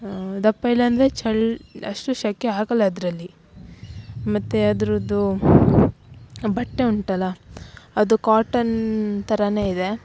ದಪ್ಪ ಇಲ್ಲ ಅಂದ್ರೆ ಚಳಿ ಅಷ್ಟು ಸೆಕೆ ಆಗಲ್ಲ ಅದರಲ್ಲಿ ಮತ್ತೆ ಅದರದ್ದು ಬಟ್ಟೆ ಉಂಟಲ್ಲ ಅದು ಕಾಟನ್ ಥರನೆ ಇದೆ